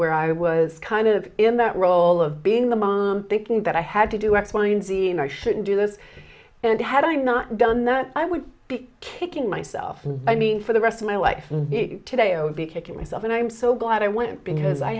where i was kind of in that role of being the mom thinking that i had to do x y and z and i shouldn't do this and had i not done that i would be kicking myself and i mean for the rest of my life today i would be kicking myself and i'm so glad i went because i